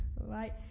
right